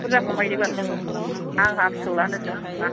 बुरजा खमायदो बाल आंहा फिसौज्लानोसो नांगौ ना